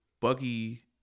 Buggy